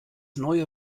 neue